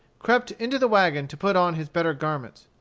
crept into the wagon to put on his better garments.